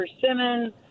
persimmon